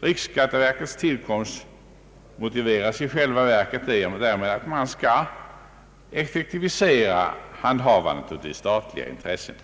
Riksskatteverkets tillkomst motiveras i själva verket därmed att man skall effektivisera handhavandet av det statliga intresset.